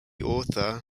author